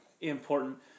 important